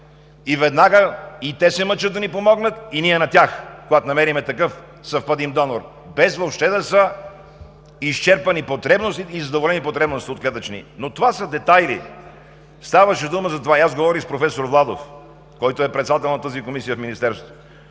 океана. И те се мъчат да ни помогнат, и ние на тях, когато намерим такъв съвпадим донор, без въобще да са изчерпани и задоволени потребностите от клетъчни алографт продукти. Това са детайли. Ставаше дума за това и аз говорих с професор Владов, който е председател на тази комисия в Министерството.